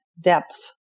depth